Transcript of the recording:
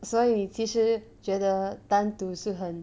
所以其实觉得单独是很